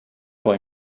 boy